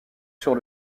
sur